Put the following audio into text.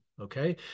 Okay